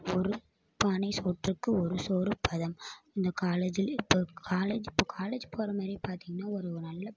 ஒரு பானை சோற்றுக்கு ஒரு சோறு பதம் இந்த காலேஜில் இப்போ காலேஜ் இப்போ காலேஜ் போகிற மாரி பார்த்தீங்ன்னா ஒரு ஒரு நல்ல